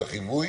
את החיווי,